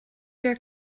your